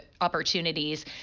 opportunities